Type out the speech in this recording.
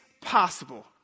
possible